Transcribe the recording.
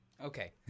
Okay